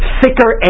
thicker